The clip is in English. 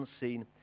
unseen